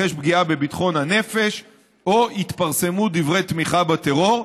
תתרחש פגיעה בביטחון הנפש או יתפרסמו דברי תמיכה בטרור,